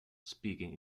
speaking